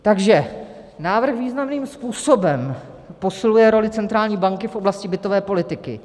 Takže návrh významným způsobem posiluje roli centrální banky v oblasti bytové politiky.